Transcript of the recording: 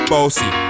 Bossy